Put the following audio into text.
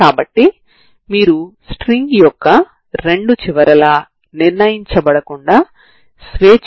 కాబట్టి మీరు మీ t ని t t0 కి నిర్ణయించండి సరేనా